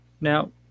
Now